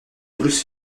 toulouse